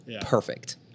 perfect